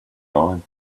own